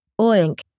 Oink